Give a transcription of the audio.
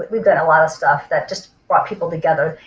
we've done a lot of stuff that just brought people together.